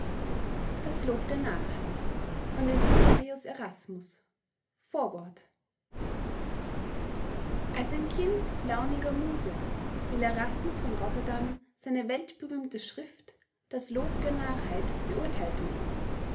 vorwort als ein kind launiger muse will erasmus von rotterdam seine weltberühmte schrift das lob der narrheit beurteilt wissen